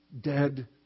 dead